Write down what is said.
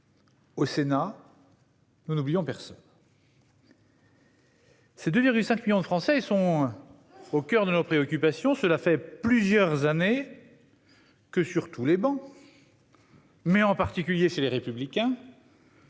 Au Sénat, nous n'oublions personne. Ces 2,5 millions de Français sont au coeur de nos préoccupations. Cela fait plusieurs années que, sur toutes les travées, en particulier sur celles